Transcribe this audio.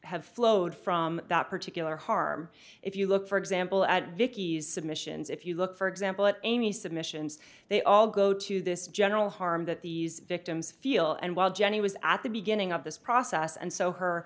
have flowed from that particular harm if you look for example at vickie's submissions if you look for example at amy's submissions they all go to this general harm that these victims feel and while jenny was at the beginning of this process and so her